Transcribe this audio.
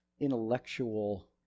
intellectual